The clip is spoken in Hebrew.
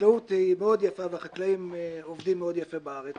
החקלאות היא מאוד יפה והחקלאים עובדים מאוד יפה בארץ,